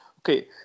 okay